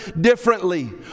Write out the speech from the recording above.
differently